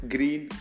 Green